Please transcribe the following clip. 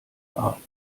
art